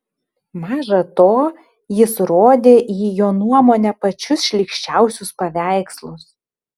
maža to jis rodė į jo nuomone pačius šlykščiausius paveikslus